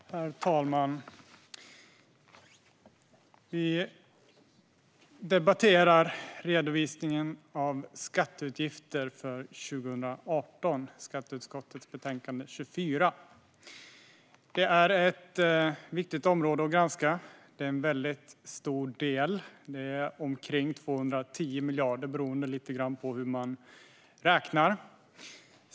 Redovisning av skatteutgifter 2018 Herr talman! Vi debatterar i dag Redovisning av skatteutgifter 2018 , skatteutskottets betänkande SkU24. Detta är ett viktigt område att granska. Det är en väldigt stor del - omkring 210 miljarder, lite beroende på hur man räknar.